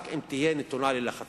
רק אם תהיה נתונה ללחצים.